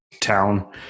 town